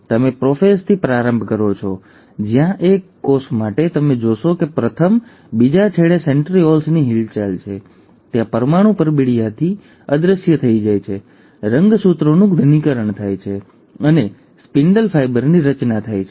તેથી તમે પ્રોફેઝથી પ્રારંભ કરો છો જ્યાં એક કોષ માટે તમે જોશો કે પ્રથમ બીજા છેડે સેન્ટ્રિઓલ્સની હિલચાલ છે ત્યાં પરમાણુ પરબિડીયાનું અદૃશ્ય થઈ જાય છે રંગસૂત્રોનું ઘનીકરણ થાય છે અને સ્પિન્ડલ ફાઇબરની રચના થાય છે